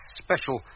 special